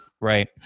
Right